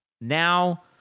now